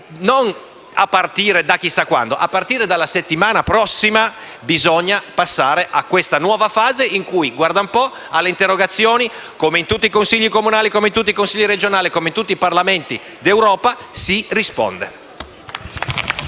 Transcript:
Non a partire da chissà quando, ma a partire dalla settimana prossima, bisogna passare a questa nuova fase, in cui - guarda un po' - alle interrogazioni, come avviene in tutti i Consigli comunali, in tutti i Consigli regionali e in tutti i Parlamenti d'Europa, si risponde.